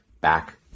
back